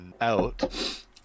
out